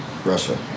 Russia